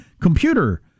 computer